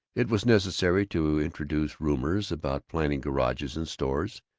it was necessary to introduce rumors about planning garages and stores,